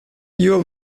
you